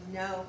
no